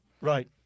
Right